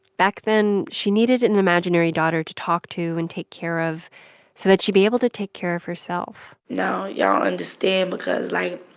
back then, she needed an imaginary daughter to talk to and take care of so that she'd be able to take care of herself now y'all understand because, like,